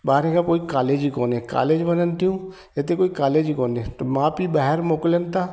ॿारहें खां पोइ कालेज ई कोन्हे कालेज में वञनि थियूं हिते कोई कालेज ई कोन्हे माउ पीउ ॿाहिरि मोकलियनि था